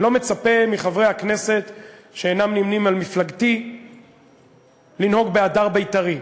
אני לא מצפה מחברי הכנסת שאינם נמנים עם אנשי מפלגתי לנהוג בהדר בית"רי.